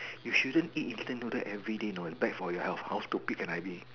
you shouldn't eat instant noodle everyday know is bad for your health how stupid can I be